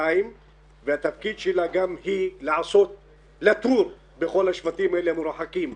טיים והתפקיד שלה גם הוא לתור בכל השבטים המרוחקים,